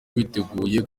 biteguye